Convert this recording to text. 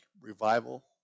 revival